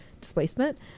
displacement